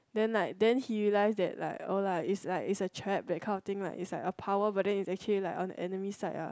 then like then he realised that like no lah it's like it's a trap that kind of thing is like a power but then it's actually like on the enemy side ah